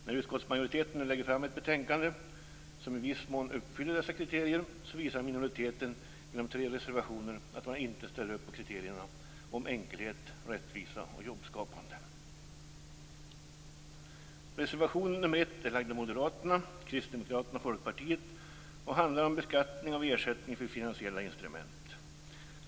När utskottsmajoriteten nu lägger fram ett betänkande som i viss mån uppfyller dessa kriterier visar minoriteten genom tre reservationer att man inte ställer upp på kriterierna om enkelhet, rättvisa och jobbskapande. Kristdemokraterna och Folkpartiet och handlar om beskattning av ersättning för finansiella instrument.